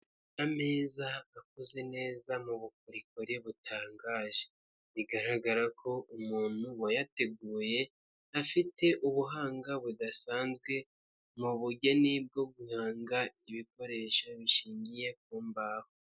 Ameza akoze neza mu bukorikori butangaje, bigaragara ko umuntu wayateguye afite ubuhanga budasanzwe mu bugeni bwo guhanga ibikoresho bishingiye ku mbaho.